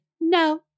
no